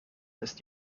ist